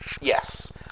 Yes